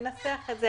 לנסח את זה.